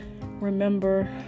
Remember